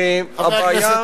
שהבעיה,